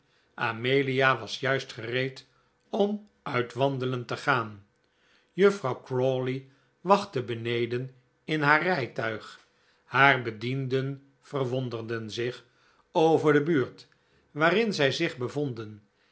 amelia was juist gereed om uit wandelen te gaan juffrouw crawley wachtte beneden in haar rijtuig haar bedienden verwonderden zich over de buurt waarin zij zich bevonden